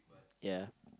ya